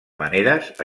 maneres